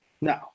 No